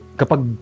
kapag